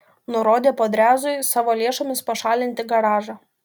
nurodė podrezui savo lėšomis pašalinti garažą